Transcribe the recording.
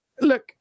look